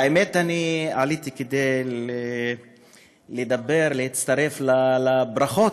האמת, אני עליתי כדי לדבר, להצטרף לברכות,